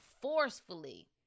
forcefully